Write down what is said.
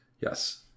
Yes